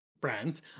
brands